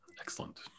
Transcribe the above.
Excellent